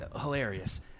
hilarious